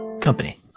company